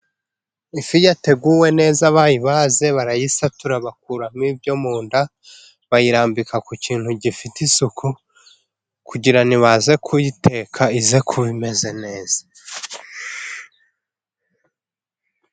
Ifi yateguwe neza abayibaze barayisatura bakuramo ibyo mu nda, bayirambika ku kintu gifite isuku, kugira nibaza kuyiteka ize kuba imeze neza.